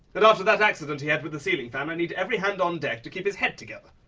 and after that accident he had with the ceiling fan i need every hand on deck to keep his head together.